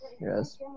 Yes